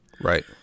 Right